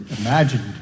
imagined